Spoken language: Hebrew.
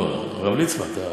הרב ליצמן.